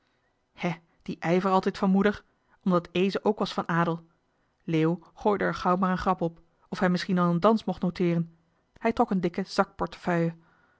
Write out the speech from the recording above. hè die ijver altijd van moeder omdat eeze ook was van adel leo gooide er gauw maar een grap op of hij misschien al een dans mocht noteeren hij trok een dikke zakportefeuille